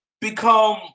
become